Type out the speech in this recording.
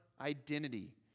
identity